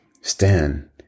stand